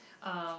um